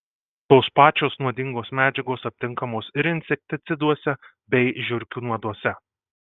tos pačios nuodingos medžiagos aptinkamos ir insekticiduose bei žiurkių nuoduose